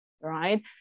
right